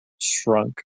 shrunk